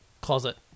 closet